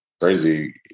crazy